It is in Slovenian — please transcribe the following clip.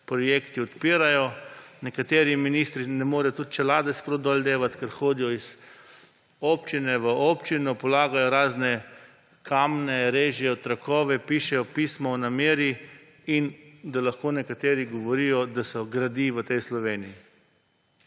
projekti odpirajo. Nekateri ministri ne morejo niti čelade sproti dol dajati, ker hodijo iz občine v občino, polagajo razne kamne, režejo trakove, pišejo pisma o nameri, da lahko nekateri govorijo, da se v tej Sloveniji